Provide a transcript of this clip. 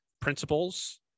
principles